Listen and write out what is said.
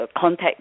contact